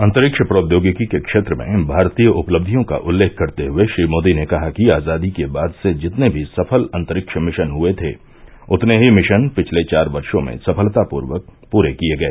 अंतरिक्ष प्रौद्योगिकी के क्षेत्र में भारतीय उपलब्धियों का उल्लेख करते हुए श्री मोदी ने कहा कि आजादी के बाद से जितने भी सफल अंतरिक्ष मिशन हुए थे उतने ही मिशन पिछले चार वर्षों में सफलतापूर्वक पूरे किए गए